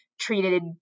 treated